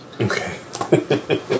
Okay